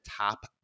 top